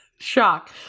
Shock